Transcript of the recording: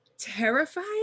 Terrified